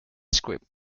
script